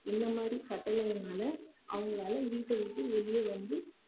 இந்த மாதிரி கட்டளைனால் அவங்களால வீட்டை விட்டு வெளியே வந்து